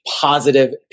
positive